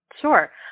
Sure